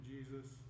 Jesus